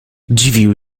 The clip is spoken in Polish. dziwił